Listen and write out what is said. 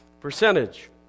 Percentage